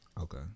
Okay